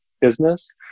business